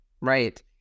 Right